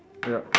yup